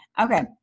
okay